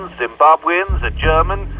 and zimbabweans, a german,